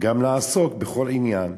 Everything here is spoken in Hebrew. "גם לעסוק 'בכל עניין'